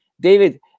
David